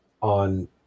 on